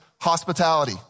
hospitality